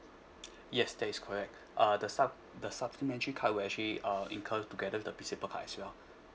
yes that is correct uh the sup~ the supplementary card will actually uh incur together with the principal card as well